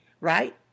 Right